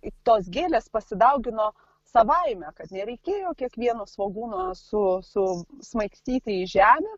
tos gėlės pasidaugino savaime kad nereikėjo kiekvieno svogūno su susmaigstyti į žemę